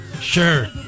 Sure